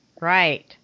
Right